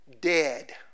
dead